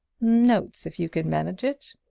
notes, if you can manage it,